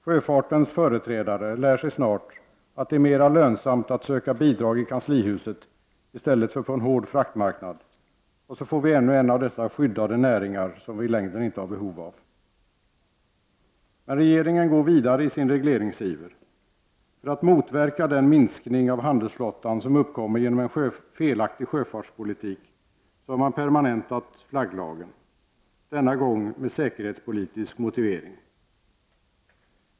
Sjöfartens företrädare lär sig snart att det är mera lönsamt att söka bidrag i kanslihuset än på en hård fraktmarknad. Så får vi ännu en av dessa ”skyddade” näringar som vi egentligen inte har behov av. Men regeringen går vidare i sin regleringsiver. För att motverka den minskning av handelsflottan som uppkommer genom en felaktig sjöfartspolitik har man permanentat flagglagen, denna gång med säkerhetspolitisk motivering.